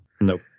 Nope